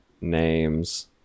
names